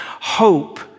Hope